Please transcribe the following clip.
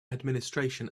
administration